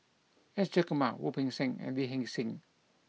S Jayakumar Wu Peng Seng and Lee Hee Seng